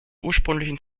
ursprünglichen